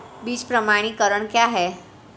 बीज प्रमाणीकरण क्या है?